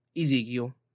Ezekiel